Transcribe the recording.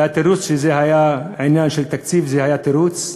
והתירוץ שזה עניין של תקציב היה תירוץ.